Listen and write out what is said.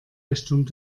richtung